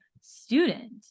student